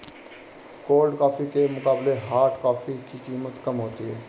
cold coffee के मुकाबले hot coffee की कीमत कम होती है